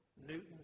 Newton